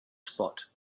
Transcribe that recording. spot